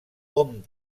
hom